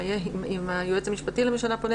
אם הייעוץ המשפטי לממשלה פונה